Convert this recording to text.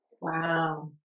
Wow